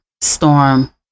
storm